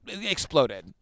exploded